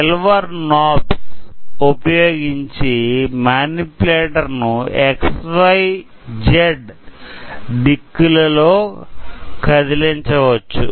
silver knobs ఉపయోగించి manipulator ను XYZ ద్రిక్కులలో కదిలించవచ్చు